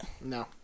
No